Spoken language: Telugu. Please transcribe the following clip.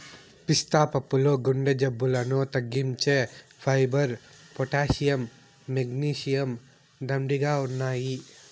పిస్తా పప్పుల్లో గుండె జబ్బులను తగ్గించే ఫైబర్, పొటాషియం, మెగ్నీషియం, దండిగా ఉన్నాయి